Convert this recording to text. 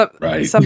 right